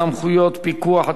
סמכויות פיקוח),